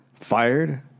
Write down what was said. fired